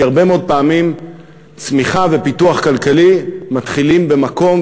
כי הרבה מאוד פעמים צמיחה ופיתוח כלכלי מתחילים במקום